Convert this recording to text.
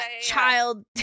Child